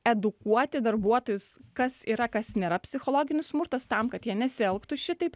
edukuoti darbuotojus kas yra kas nėra psichologinis smurtas tam kad jie nesielgtų šitaip